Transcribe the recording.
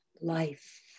life